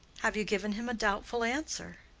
have you given him a doubtful answer?